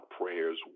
prayers